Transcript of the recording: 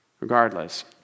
Regardless